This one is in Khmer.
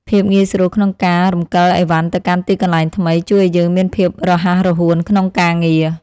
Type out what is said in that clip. ភាពងាយស្រួលក្នុងការរំកិលឥវ៉ាន់ទៅកាន់ទីកន្លែងថ្មី ជួយឱ្យយើងមានភាពរហ័សរហួនក្នុងការងារ។